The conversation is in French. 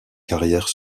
carrière